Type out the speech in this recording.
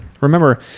Remember